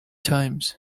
times